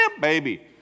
baby